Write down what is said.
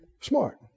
smart